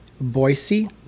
Boise